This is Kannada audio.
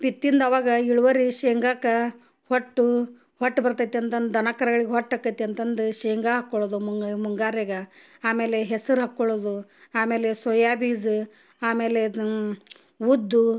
ಬಿತ್ತಿನ್ದ ಆವಾಗ ಇಳ್ವರಿ ಶೇಂಗಕ್ಕೆ ಹೊಟ್ಟು ಹೊಟ್ಟು ಬರ್ತೈತಿ ಅಂತಂದು ದನ ಕರಗಳಿಗೆ ಹೊಟ್ಟು ಆಕತ್ತಿ ಅಂತಂದು ಶೇಂಗ ಹಾಕೊಳೊದು ಮುಂಗಾರ್ಯಾಗ ಆಮೇಲೆ ಹೆಸರು ಹಾಕೊಳೊದು ಆಮೇಲೆ ಸೊಯಾಬೀಜ ಆಮೇಲೆ ಉದ್ದು